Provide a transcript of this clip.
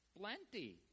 Plenty